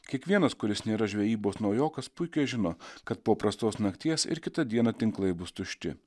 kiekvienas kuris nėra žvejybos naujokas puikiai žino kad po prastos nakties ir kitą dieną tinklai bus tušti